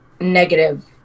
negative